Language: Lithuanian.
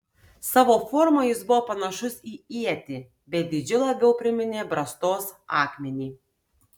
savo forma jis buvo panašus į ietį bet dydžiu labiau priminė brastos akmenį